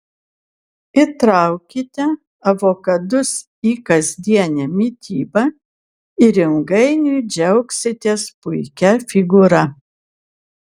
įtraukite avokadus į kasdienę mitybą ir ilgainiui džiaugsitės puikia figūra